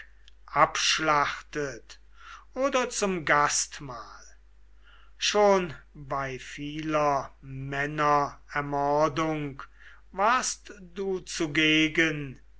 abschlachtet oder zum gastmahl schon bei vieler männer ermordung warst du zugegen